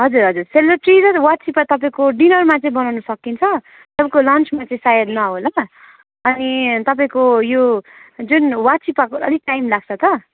हजुर हजुर सेलरोटी र वाचिपा तपाईँको डिनरमा चाहिँ बनाउन सकिन्छ तपाईँको लन्चमा चाहिँ सायद नहोला अनि तपाईँको यो जुन वाचिपाको चाहिँ अलिक टाइम लाग्छ त